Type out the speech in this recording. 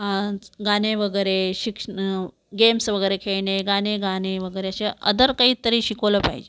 आज गाणे वगैरे शिक्ष न गेम्स वगैरे खेळणे गाणे गाणे वगैरे अशा आदर काही तरी शिकवलं पाहिजे